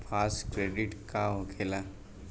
Fast credit का होखेला?